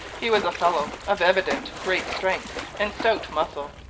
he was a fellow of evident great strength and stout muscle,